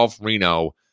Reno